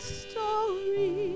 story